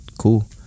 cool